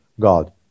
God